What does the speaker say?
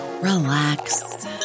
relax